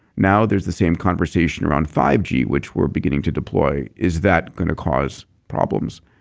now there's the same conversation around five g, which we're beginning to deploy, is that going to cause problems?